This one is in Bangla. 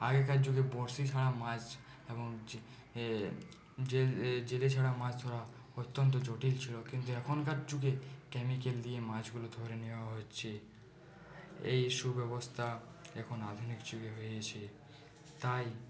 আগেকার যুগে বড়শি ছাড়া মাছ এবং যে জেলে ছাড়া মাছ ধরা অত্যন্ত জটিল ছিল কিন্তু এখনকার যুগে কেমিক্যাল দিয়ে মাছগুলো ধরে নেওয়া হচ্ছে এই সুব্যবস্থা এখন আধুনিক যুগে হয়েছে তাই